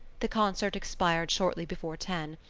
the concert expired shortly before ten,